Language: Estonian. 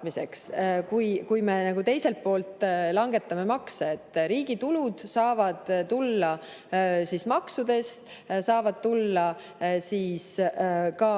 kui me teiselt poolt langetame makse? Riigi tulud saavad tulla maksudest, saavad tulla ka